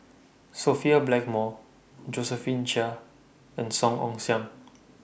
Sophia Blackmore Josephine Chia and Song Ong Siang